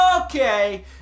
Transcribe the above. okay